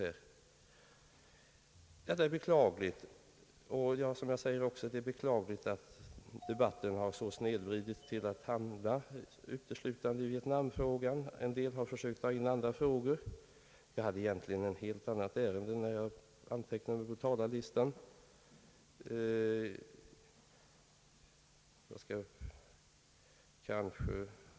Detta är beklagligt, och det är också beklagligt att debatten snedvridits till att handla om uteslutande vietnamfrågan. En del har försökt ta in andra frågor, och jag hade egentligen ett helt annat ärende när jag anmälde mig på talarlistan.